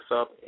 up